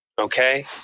Okay